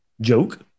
joke